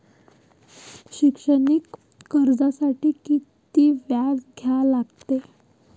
शैक्षणिक कर्जासाठी किती व्याज द्या लागते?